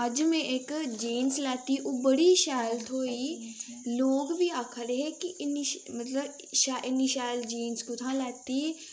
अज्ज में इक जीन्स लैती ओह् बड़ी शैल थ्होई लोक बी आखा दे हे के इ'न्नी शैल मतलब इ'न्नी शैल जीन्स कुत्थां लैती